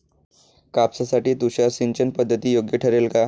कापसासाठी तुषार सिंचनपद्धती योग्य ठरेल का?